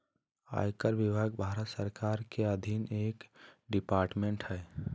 आयकर विभाग भारत सरकार के अधीन एक डिपार्टमेंट हय